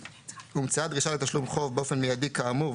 "הומצאה דרישה לתשלום חוב באופן מיידי כאמור,